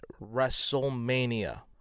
WrestleMania